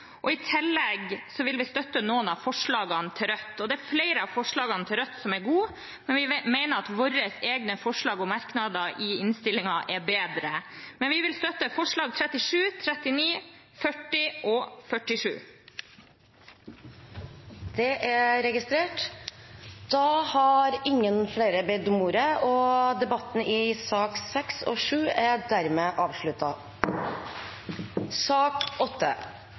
I tillegg vil vi støtte noen av forslagene fra Rødt. Det er flere av forslagene fra Rødt som er gode, men vi mener at våre egne forslag og merknader i innstillingen er bedre. Men vi vil støtte forslagene nr. 37, 39, 40 og 47. Det er registrert. Flere har ikke bedt ordet til sakene nr. 6 og 7. Presidenten vil opplyse om at forslag nr. 5, fra Rødt, er